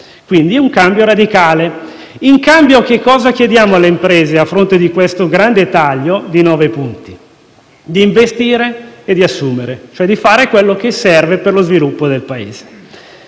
bassa: un cambiamento radicale. In cambio cosa chiediamo alle imprese, a fronte di tale grande taglio di nove punti? Di investire e assumere, ossia di fare quello che serve per lo sviluppo del Paese.